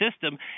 system